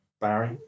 Barry